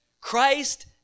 Christ